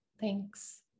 thanks